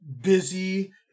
busy